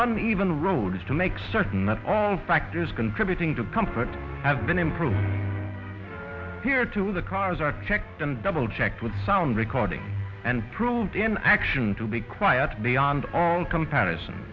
uneven roads to make certain that all factors contributing to comfort have been improved here too the cars are checked and double checked with sound recording and proved in action to be quiet beyond all comparison